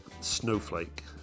Snowflake